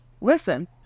Listen